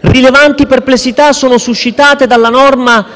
Rilevanti perplessità sono suscitate anche dalla norma